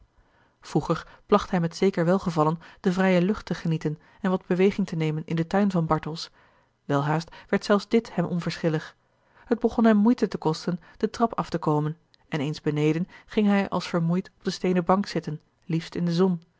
vroeger placht hij met zeker welgevallen de vrije lucht te genieten en wat beweging te nemen in den tuin van bartels welhaast werd zelfs dit hem onverschillig het begon hem moeite te kosten de trap af te komen en eens beneden ging hij als vermoeid op de steenen bank zitten liefst in de zon